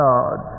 God